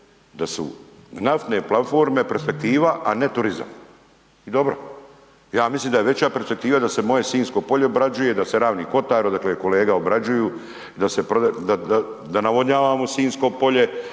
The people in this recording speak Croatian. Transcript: da su naftne platforme perspektiva, a ne turizam. I dobro. Ja mislim da se moje Sinjsko polje obrađuje, da se Ravni kotari odakle je kolega obrađuju, da se, da navodnjavamo Sinjsko polje,